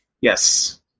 Yes